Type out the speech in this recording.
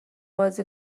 بازی